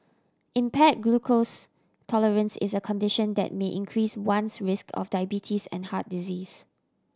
impaired glucose tolerance is a condition that may increase one's risk of diabetes and heart disease